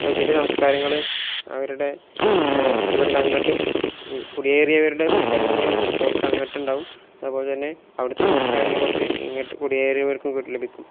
അപ്പം ചില സംസ്കാരങ്ങൾ അവരുടെ ഇവിടെ നിന്ന് അങ്ങോട്ടും ഈ കുടിയേറിയവരുടെ സംസ്കാരങ്ങൾ കുറച്ച് അങ്ങോട്ടുണ്ടാകും അതുപോലെ തന്നെ അവിടുത്തെ സംസ്കാരങ്ങൾ കുറച്ച് ഇങ്ങോട്ട് കുടിയേറിയവർക്കും ഇങ്ങോട്ട് ലഭിക്കും